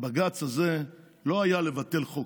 הבג"ץ הזה לא היה לבטל חוק,